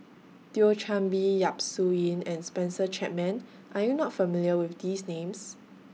Thio Chan Bee Yap Su Yin and Spencer Chapman Are YOU not familiar with These Names